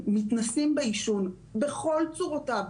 שמתנסים בעישון בכל צורותיו,